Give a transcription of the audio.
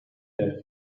that